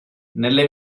nelle